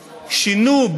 שינו,